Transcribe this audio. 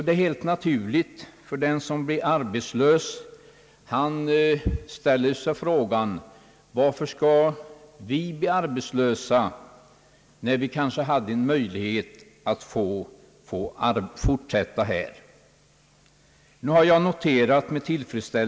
Det är helt naturligt att den som blir arbetslös undrar: Varför skall vi bli arbetslösa, när vi kanske hade en möjlighet att få fortsätta här i stället för att företaget flyttar till Portugal?